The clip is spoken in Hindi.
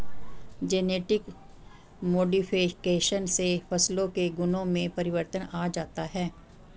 जेनेटिक मोडिफिकेशन से फसलों के गुणों में परिवर्तन आ जाता है